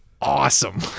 awesome